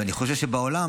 אני חושב שבעולם,